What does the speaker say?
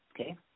okay